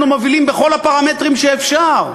אנחנו מובילים בכל הפרמטרים שאפשר,